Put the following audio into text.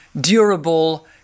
durable